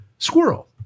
Squirrel